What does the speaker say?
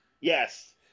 Yes